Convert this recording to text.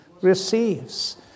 receives